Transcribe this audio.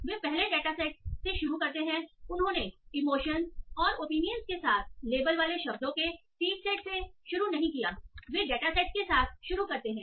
वे पहले डेटा से शुरू करते हैं उन्होंने इमोशंस और ऑपिनियंस के साथ लेबल वाले शब्दों के सीड सेट से शुरू नहीं कियावे डेटा सेट के साथ शुरू करते हैं